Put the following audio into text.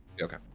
Okay